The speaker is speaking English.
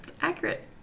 Accurate